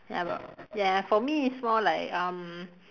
ya but ya for me it's more like um